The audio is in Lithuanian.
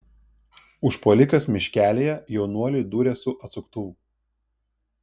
užpuolikas miškelyje jaunuoliui dūrė su atsuktuvu